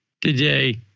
today